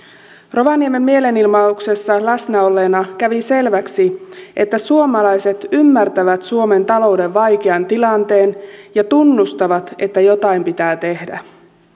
rovaniemen mielenilmauksessa läsnä olleena kävi selväksi että suomalaiset ymmärtävät suomen talouden vaikean tilanteen ja tunnustavat että jotain pitää tehdä